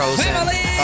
family